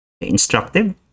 instructive